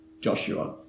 Joshua